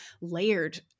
layered